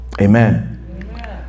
Amen